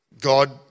God